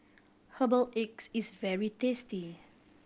herbal eggs is very tasty